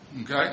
Okay